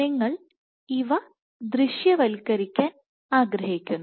നിങ്ങൾ ഇവ ദൃശ്യവൽക്കരിക്കാൻ ആഗ്രഹിക്കുന്നു